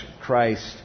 Christ